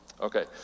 okay